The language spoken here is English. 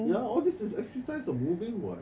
ya all of this is exercise what moving what